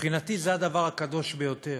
מבחינתי זה הדבר הקדוש ביותר.